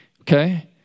Okay